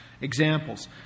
examples